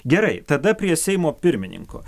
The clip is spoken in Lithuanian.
gerai tada prie seimo pirmininko